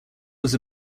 was